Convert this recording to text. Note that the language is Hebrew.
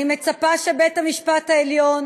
אני מצפה שבית-המשפט העליון